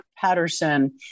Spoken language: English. Patterson